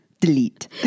Delete